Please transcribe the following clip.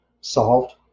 solved